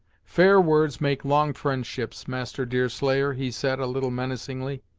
fair words make long friendships, master deerslayer, he said a little menacingly.